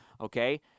okay